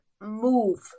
move